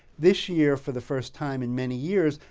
this year for the first time in many years,